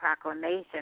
proclamation